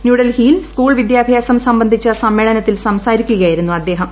ന്യൂഡൽഹിയിൽ സ്കൂൾ വിദ്യാഭ്യാസം സംബന്ധിച്ച സമ്മേളനത്തിൽ സംസാരിക്കുകയായിരുന്നു അദ്ദേഹം